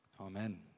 Amen